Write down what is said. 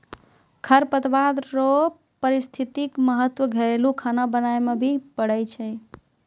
खरपतवार रो पारिस्थितिक महत्व घरेलू खाना बनाय मे भी पड़ै छै